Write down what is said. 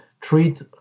treat